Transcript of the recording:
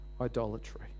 idolatry